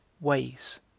ways